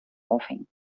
aufhängen